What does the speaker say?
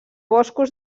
boscos